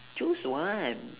choose one